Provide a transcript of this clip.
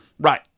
Right